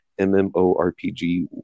MMORPG